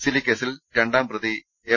സിലി കേസിൽ രണ്ടാം പ്രതി എം